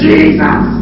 Jesus